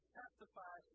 testify